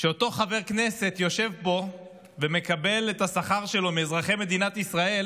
שאותו חבר כנסת יושב פה ומקבל את השכר שלו מאזרחי מדינת ישראל,